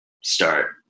start